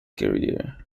career